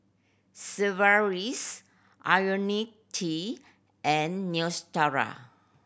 Sigvaris Ionil T and Neostrata